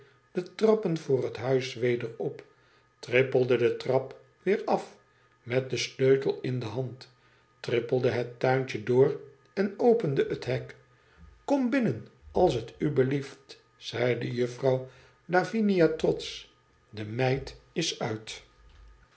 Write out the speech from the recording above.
de trappen voor het huis weder op trippelde de trap weer af met den sleutel in de hand trippelde het tuintje door en opende het hek kom binnen als t u blieft zeide juffer la vinia trotsch de meid is uit